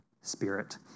Spirit